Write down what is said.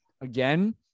again